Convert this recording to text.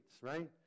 right